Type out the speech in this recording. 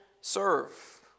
serve